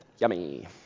Yummy